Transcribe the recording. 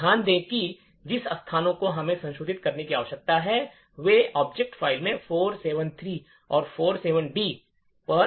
तो ध्यान दें कि जिन स्थानों को हमें संशोधित करने की आवश्यकता है वे ऑब्जेक्ट फ़ाइल में 473 और 47 डी पर ऑफसेट हैं